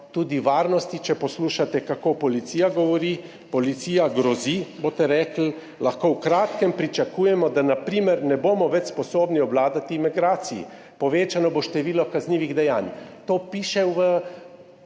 Tudi varnosti, če poslušate, kako policija govori, policija grozi, boste rekli. V kratkem lahko pričakujemo, da na primer ne bomo več sposobni obvladati migracij, povečano bo število kaznivih dejanj. To piše v